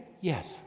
Yes